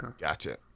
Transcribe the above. Gotcha